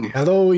Hello